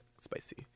spicy